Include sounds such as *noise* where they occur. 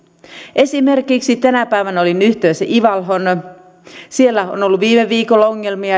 esimerkiksi tänä päivänä olin yhteydessä ivaloon siellä on on ollut viime viikolla ongelmia *unintelligible*